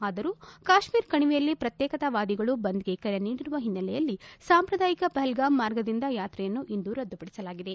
ಆದರೂ ಕಾಶ್ಮೀರ ಕಣಿವೆಯಲ್ಲಿ ಪ್ರತ್ಯೇಕತಾವಾದಿಗಳು ಬಂದ್ಗೆ ಕರೆ ನೀಡಿರುವ ಹಿನ್ನೆಲೆಯಲ್ಲಿ ಸಾಂಪ್ರದಾಯಿಕ ಪಪಲ್ಗಾಮ್ ಮಾರ್ಗದಿಂದ ಯಾತ್ರೆಯನ್ನು ಇಂದು ರದ್ದುಪಡಿಸಲಾಗಿದೆ